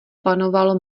panovalo